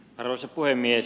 arvoisa puhemies